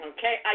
Okay